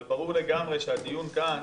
אבל ברור לגמרי שהדיון כאן,